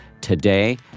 today